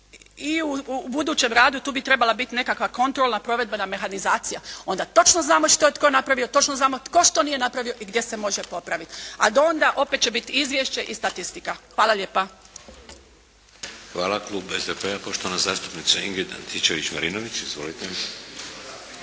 i u budućem radu, tu bi trebala biti nekakva kontrolna provedbena mehanizacija. Onda točno znamo što je tko napravio, točno znamo tko što nije napravio i gdje se može popravit. A do onda opet će biti izvješće i statistika. Hvala lijepa. **Šeks, Vladimir (HDZ)** Klub SDP-a, poštovana zastupnica Ingrid Antičević Marinović. Izvolite!